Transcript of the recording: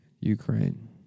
Ukraine